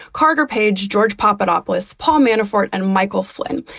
carter page, george papadopoulos, paul manafort and michael flynn.